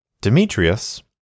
Demetrius